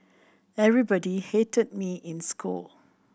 everybody hated me in school